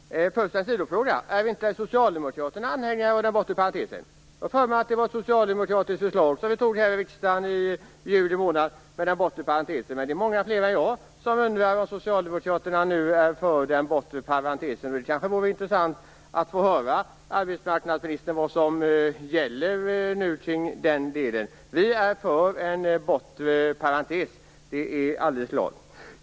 Fru talman! Först en sidofråga: Är inte Socialdemokraterna anhängare av den bortre parentesen? Jag har för mig att den bortre parentesen var ett socialdemokratiskt förslag som vi antog här i riksdagen i juli månad. Det är många fler än jag som undrar om Socialdemokraterna nu är för den bortre parentesen. Det vore intressant att få höra av arbetsmarknadsministern vad som gäller. Vi är för en bortre parentes, det är alldeles klart.